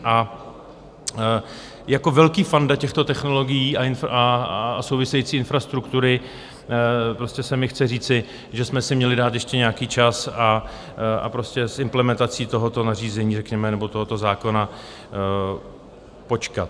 A jako velký fanda těchto technologií a související infrastruktury prostě se mi chce říci, že jsme si měli dát ještě nějaký čas a prostě s implementací tohoto nařízení řekněme nebo tohoto zákona počkat.